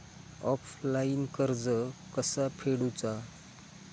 Offline कर्ज कसा फेडूचा?